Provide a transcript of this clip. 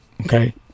Okay